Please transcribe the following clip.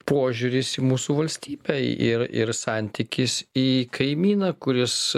požiūris į mūsų valstybę ir ir santykis į kaimyną kuris